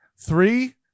Three